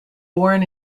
born